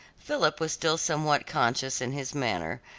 philip was still somewhat conscious in his manner,